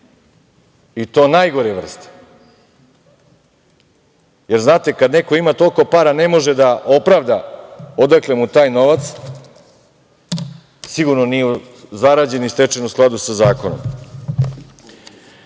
i to najgore vrste. Znate, kada neko ima toliko para, ne može da opravda odakle mu taj novac, sigurno nije zarađen i stečen u skladu sa zakonom. Znači,